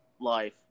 life